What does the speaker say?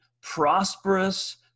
prosperous